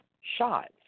shots